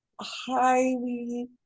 highly